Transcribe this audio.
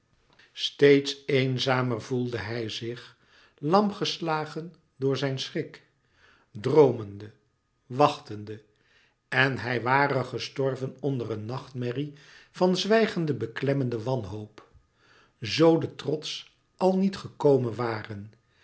steeds eenzamer voelde hij zich lam geslagen door zijn schrik droomende wachtende en hij ware gestorven onder een nachtmerrie van zwijgende beklemmende inwanhoop zoo de troost al niet gekomen ware